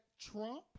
Trump